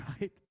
right